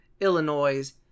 Illinois